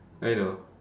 I know